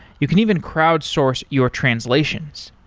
you can even crowd source your translations.